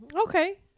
Okay